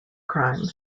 crime